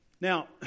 Now